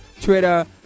Twitter